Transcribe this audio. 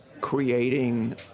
creating